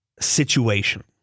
situation